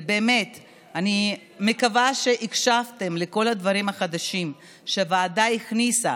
ובאמת אני מקווה שהקשבתם לכל הדברים החדשים שהוועדה הכניסה